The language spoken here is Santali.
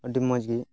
ᱟᱹᱰᱤ ᱢᱚᱡᱽ ᱜᱮ